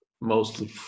Mostly